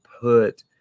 put